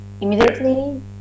immediately